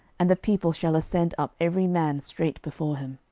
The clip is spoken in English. and the people shall ascend up every man straight before him.